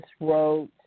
wrote